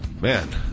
man